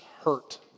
hurt